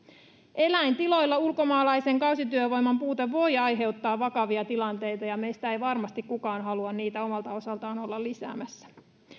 eläintiloilla ulkomaalaisen kausityövoiman puute voi aiheuttaa vakavia tilanteita ja meistä ei varmasti kukaan halua niitä omalta osaltaan olla lisäämässä